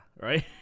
right